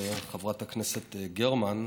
חברת הכנסת גרמן,